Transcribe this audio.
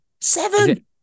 Seven